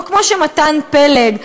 או כמו שמתן פלד,